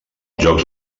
jocs